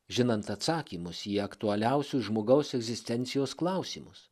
žinant atsakymus į aktualiausius žmogaus egzistencijos klausimus